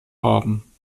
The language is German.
haben